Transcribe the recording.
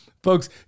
Folks